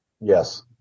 Yes